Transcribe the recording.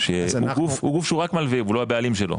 הוא גוף שהוא רק מלווה והוא לא הבעלים שלו.